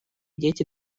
дети